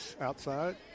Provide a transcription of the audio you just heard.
outside